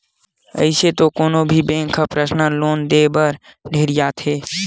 अइसे तो कोनो भी बेंक ह परसनल लोन देय बर ढेरियाथे